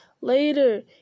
Later